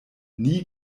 nie